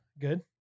Good